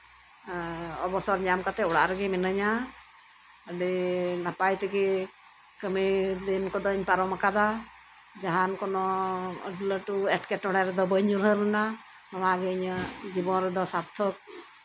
ᱚᱵᱚᱥᱚᱨ ᱧᱟᱢ ᱠᱟᱛᱮᱜ ᱚᱲᱟᱜ ᱨᱮᱜᱮ ᱢᱤᱱᱟᱹᱧᱟ ᱟᱹᱰᱤ ᱱᱟᱯᱟᱭ ᱛᱮᱜᱮ ᱠᱟᱹᱢᱤ ᱫᱤᱱ ᱠᱚᱫᱚᱧ ᱯᱟᱨᱚᱢ ᱠᱟᱫᱟ ᱡᱟᱦᱟᱱ ᱠᱳᱱᱳ ᱞᱟᱹᱴᱩ ᱮᱸᱴᱠᱮᱴᱚᱲᱮ ᱨᱮᱫᱚ ᱵᱟᱹᱧ ᱧᱩᱨᱦᱟᱹ ᱞᱮᱱᱟ ᱱᱚᱣᱟᱜᱮ ᱤᱧᱟᱜ ᱡᱤᱵᱚᱱ ᱨᱮᱫᱚ ᱥᱟᱨᱛᱷᱚᱠ